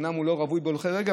אומנם זה לא רווי בהולכי רגל,